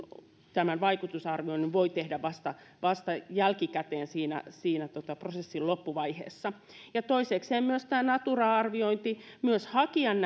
vaikutusarvioinnin voi tehdä vasta vasta jälkikäteen siinä siinä prosessin loppuvaiheessa toisekseen myös tästä natura arvioinnista myös hakijan